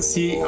See